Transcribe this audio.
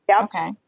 Okay